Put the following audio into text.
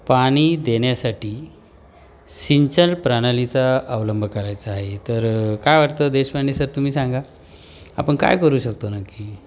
पाणी देण्यासाठी सिंचन प्रणालीचा अवलंब करायचा आहे तर काय वाटतं देशपांडे सर तुम्ही सांगा आपण काय करू शकतो नक्की